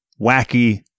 wacky